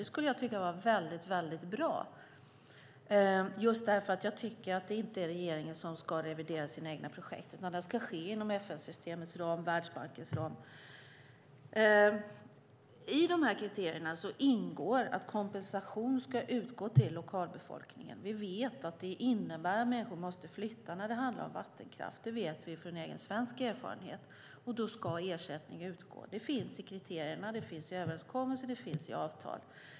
Det skulle jag tycka vore bra eftersom jag inte tycker att regeringen ska revidera sina egna projekt. Det ska ske inom FN-systemets och Världsbankens ram. I kriterierna ingår att kompensation ska utgå till lokalbefolkningen. Vi vet att människor måste flytta när det handlar om vattenkraft; det vet vi av svensk erfarenhet. Då ska ersättning utgå. Det finns i kriterierna, i överenskommelser och i avtal.